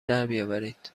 دربیاورید